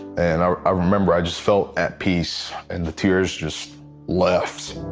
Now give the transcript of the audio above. and i i remember i just felt at peace and the tears just left.